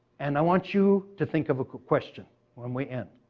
and i want you to think of a question when we end.